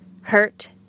hurt